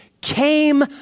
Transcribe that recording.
came